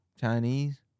Chinese